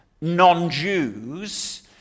non-Jews